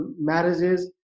marriages